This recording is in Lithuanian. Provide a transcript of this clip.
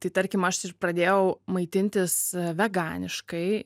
tai tarkim aš ir pradėjau maitintis veganiškai